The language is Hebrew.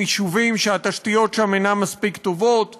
יישובים שהתשתיות בהם אינן טובות מספיק,